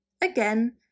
again